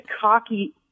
cocky